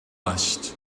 must